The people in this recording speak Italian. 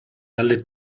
dalle